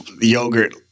yogurt